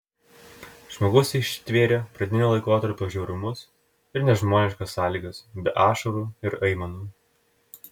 žmogus ištvėrė pradinio laikotarpio žiaurumus ir nežmoniškas sąlygas be ašarų ir aimanų